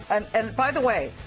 and and by the way,